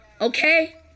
Okay